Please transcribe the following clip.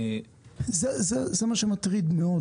זה מה שאותי מטריד מאוד.